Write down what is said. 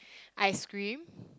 ice-cream